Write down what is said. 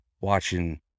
watching